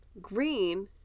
green